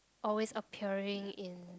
always appearing in